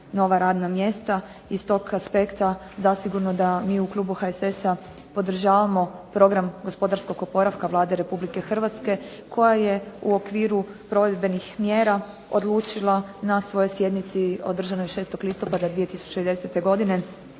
nova radna mjesta, i s tog aspekta zasigurno da mi u klubu HSS-a podržavamo program gospodarskog oporavka Vlade Republike Hrvatske, koja je u okviru provedbenih mjera odlučila na svojoj sjednici održanoj 6. listopada 2010. godine